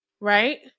right